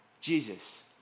Jesus